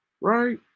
right